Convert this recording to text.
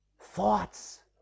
thoughts